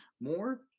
more